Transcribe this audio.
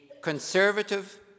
conservative